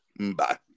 Bye